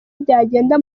byagenda